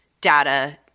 data